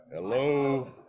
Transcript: Hello